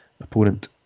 opponent